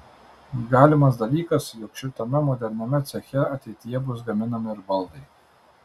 galimas dalykas jog šitame moderniame ceche ateityje bus gaminami ir baldai